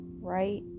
right